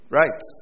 right